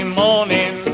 morning